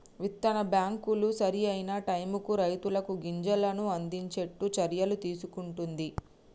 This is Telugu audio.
విత్తన బ్యాంకులు సరి అయిన టైముకు రైతులకు గింజలను అందిచేట్టు చర్యలు తీసుకుంటున్ది